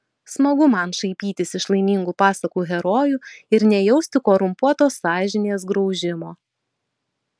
smagu man šaipytis iš laimingų pasakų herojų ir nejausti korumpuotos sąžinės graužimo